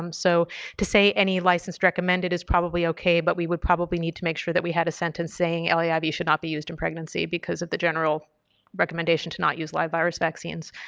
um so to say any licensed recommended is probably okay, but we would probably need to make sure that we had a sentence saying ah yeah laiv should not be used in pregnancy because of the general recommendation to not use live virus vaccines.